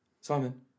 Simon